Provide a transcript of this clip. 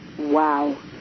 Wow